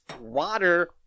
water